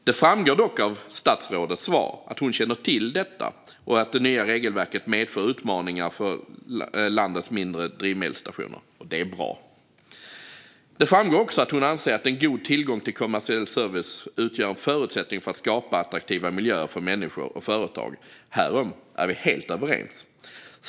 Det framgår dock av statsrådets svar att hon känner till att det nya regelverket medför utmaningar för landets mindre drivmedelsstationer. Det är bra. Det framgår också att hon anser att god tillgång till kommersiell service utgör en förutsättning för att skapa attraktiva miljöer för människor och företag. Härom är vi helt överens.